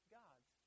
gods